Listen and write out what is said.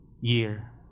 year